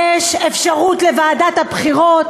יש אפשרות לוועדת הבחירות,